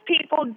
people